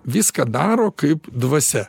viską daro kaip dvasia